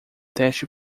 teste